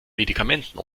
medikamenten